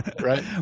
right